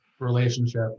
relationship